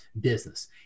business